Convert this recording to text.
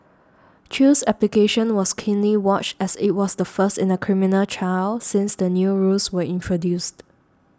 chew's application was keenly watched as it was the first in a criminal trial since the new rules were introduced